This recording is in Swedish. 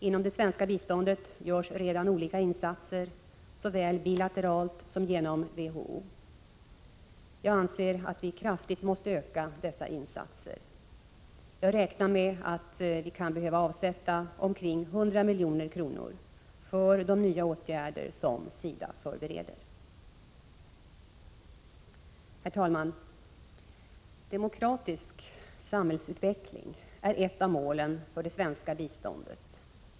Inom det svenska biståndet görs redan olika insatser, såväl bilateralt som genom WHO. Jag anser att vi kraftigt måste öka dessa insatser. Jag räknar med att vi kan behöva avsätta omkring 100 milj.kr. för de nya åtgärder som SIDA förbereder. Herr talman! Demokratisk samhällsutveckling är ett av målen för det svenska biståndet.